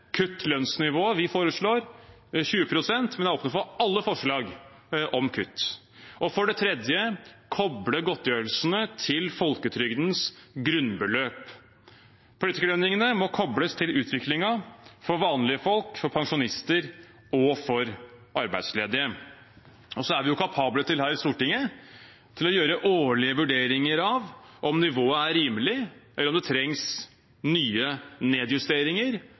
Vi foreslår 20 pst., men vi er åpne for alle forslag om kutt. Og for det tredje: Koble godtgjørelsene til folketrygdens grunnbeløp. Politikerlønningene må kobles til utviklingen for vanlige folk, for pensjonister og for arbeidsledige. Så er vi her i Stortinget kapable til å gjøre årlige vurderinger av om nivået er rimelig, eller om det trengs nye nedjusteringer,